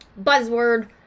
buzzword